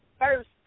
first